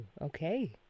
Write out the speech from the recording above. okay